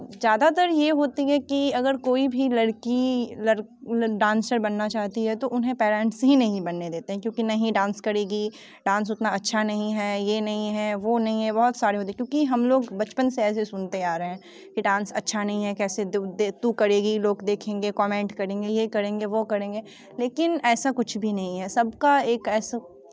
ज़्यादातर ये होते है कि अगर कोई भी लड़की डांसर बनना चाहती है तो उन्हें पेरेंट्स ही नहीं बनने देते क्योंकि नहीं डांस करेगी डांस उतना अच्छा नहीं है यह नहीं है वो नहीं है बहुत सारे वजह क्योंकि हम लोग बचपन से ऐसे सुनते आ रहे हैं डांस अच्छा नहीं है कैसे तू करेगी लोग देखेंगे कोमेंट करेंगे यह करेंगे वो करेंगे लेकिन ऐसा कुछ भी नहीं है सबका एक ऐसा